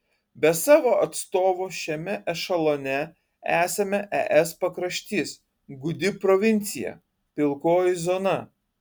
be savo atstovo šiame ešelone esame es pakraštys gūdi provincija pilkoji zona